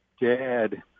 dad